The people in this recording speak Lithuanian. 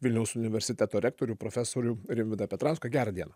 vilniaus universiteto rektorių profesorių rimvydą petrauską gerą dieną